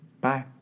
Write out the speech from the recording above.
Bye